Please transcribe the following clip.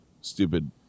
stupid